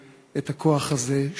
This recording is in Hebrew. את הכוח הזה,